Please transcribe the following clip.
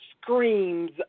screams